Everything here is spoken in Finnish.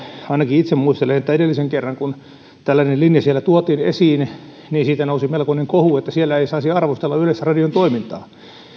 ainakin itse muistelen että edellisen kerran kun tällainen linja siellä tuotiin esiin niin siitä nousi melkoinen kohu että siellä ei saisi arvostella yleisradion toimintaa